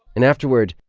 and afterward.